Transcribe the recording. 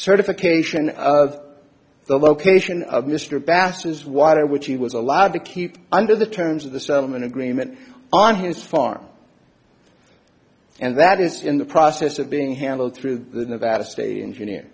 certification of the location of mr basons water which he was allowed to keep under the terms of the settlement agreement on his farm and that is in the process of being handled through the nevada state engineer